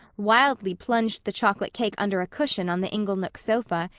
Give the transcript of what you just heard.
wildly plunged the chocolate cake under a cushion on the inglenook sofa,